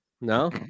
no